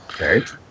Okay